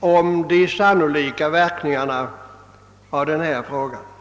av de sannolika verkningarna av olika åtgärder.